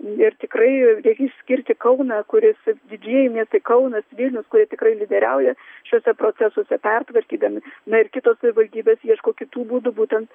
ir tikrai reikia išskirti kauną kuris didieji miestai kaunas vilnius kurie tikrai lyderiauja šiuose procesuose pertvarkydami na ir kitos savivaldybės ieško kitų būdų būtent